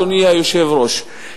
אדוני היושב-ראש,